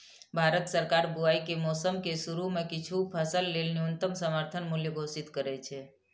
भारत सरकार बुआइ के मौसम के शुरू मे किछु फसल लेल न्यूनतम समर्थन मूल्य घोषित करै छै